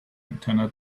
antenna